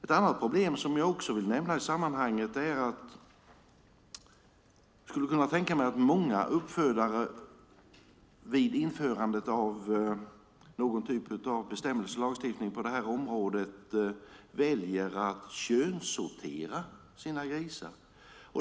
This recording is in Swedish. Ett annat problem som jag vill nämna i sammanhanget är att många uppfödare vid införandet av någon typ av bestämmelse och lagstiftning på det här området väljer att könssortera sina grisar.